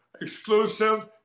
exclusive